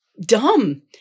dumb